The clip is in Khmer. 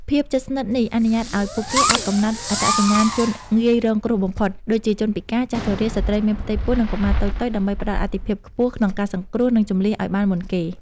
ភាពជិតស្និទ្ធនេះអនុញ្ញាតឱ្យពួកគេអាចកំណត់អត្តសញ្ញាណជនងាយរងគ្រោះបំផុត ដូចជាជនពិការ ចាស់ជរា ស្ត្រីមានផ្ទៃពោះ និងកុមារតូចៗ ដើម្បីផ្ដល់អាទិភាពខ្ពស់ក្នុងការសង្គ្រោះ និងជម្លៀសឱ្យបានមុនគេ។